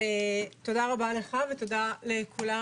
רבה לך ותודה לכולם.